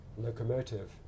locomotive